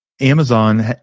Amazon